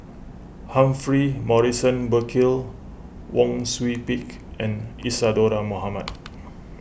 Humphrey Morrison Burkill Wang Sui Pick and Isadhora Mohamed